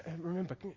remember